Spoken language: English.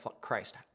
Christ